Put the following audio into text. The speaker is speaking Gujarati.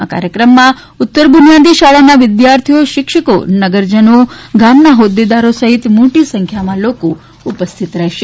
આ કાર્યક્રમમાં ઉત્તર બુનિયાદી શાળાના વિદ્યાર્થીઓ શિક્ષકો નગરજનો ગામના હોદ્દેદારો સહિત મોટી સંખ્યામાં લોકો ઉપસ્થિત રહ્યા હતા